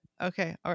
Okay